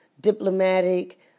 diplomatic